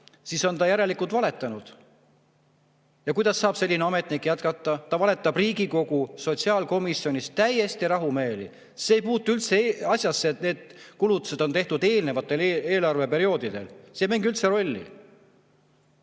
siis on ta järelikult valetanud. Ja kuidas saab selline ametnik jätkata? Ta valetab Riigikogu sotsiaalkomisjonis täiesti rahumeeli! See ei puutu üldse asjasse, et need kulutused on tehtud eelnevatel eelarveperioodidel, see ei mängi üldse rolli.